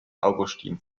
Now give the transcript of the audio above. augustin